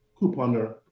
couponer